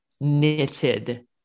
knitted